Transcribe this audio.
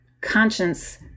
conscience